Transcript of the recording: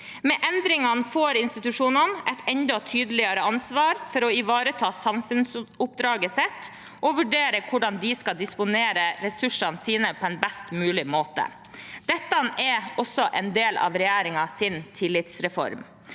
Med endringene får institusjonene et enda tydeligere ansvar for å ivareta samfunnsoppdraget sitt og vurdere hvordan de skal disponere ressursene sine på en best mulig måte. Dette er også en del av regjeringens tillitsreform.